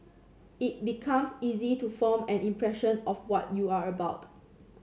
it becomes easy to form an impression of what you are about